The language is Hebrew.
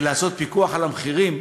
לעשות פיקוח על המחירים,